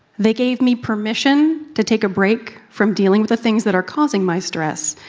they gave me permission to take a break from dealing with the things that are causing my stress,